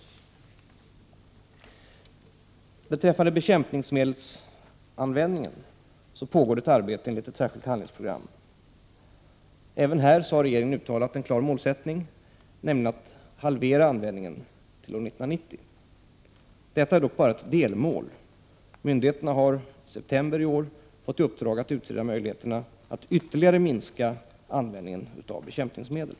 SR KÖR SS på Beträffande bekämpningsmedelsanvändningen pågår ett arbete enligt ett um S vera särskilt handlingsprogram. Även här har regeringen uttalat en klar målsättning, nämligen att halvera användningen till år 1990. Detta är dock bara ett delmål. Myndigheterna har den 1 september i år fått i uppdrag att utreda möjligheterna att ytterligare minska användningen av bekämpningsmedel.